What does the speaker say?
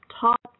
talk